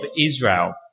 Israel